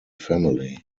family